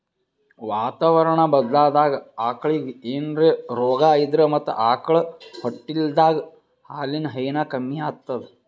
ವಾತಾವರಣಾ ಬದ್ಲಾದಾಗ್ ಆಕಳಿಗ್ ಏನ್ರೆ ರೋಗಾ ಇದ್ರ ಮತ್ತ್ ಆಕಳ್ ಹೊಟ್ಟಲಿದ್ದಾಗ ಹಾಲಿನ್ ಹೈನಾ ಕಮ್ಮಿ ಆತದ್